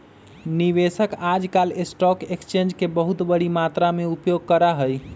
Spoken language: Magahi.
निवेशक आजकल स्टाक एक्स्चेंज के बहुत बडी मात्रा में उपयोग करा हई